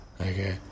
okay